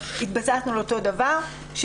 התבססנו על אותו דבר.